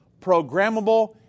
programmable